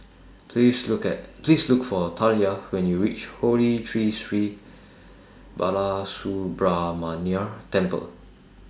Please Look At Please Look For Talia when YOU REACH Holy Tree Sri Balasubramaniar Temple